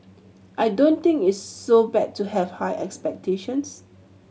I don't think it's so bad to have high expectations